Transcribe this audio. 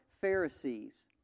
Pharisees